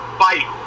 fight